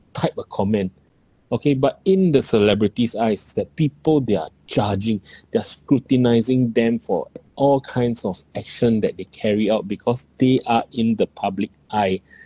type a comment okay but in the celebrities eyes that people they're judging they're scrutinizing them for all kinds of action that they carry out because they are in the public eye